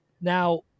Now